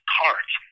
cards